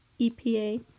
EPA